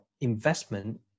investment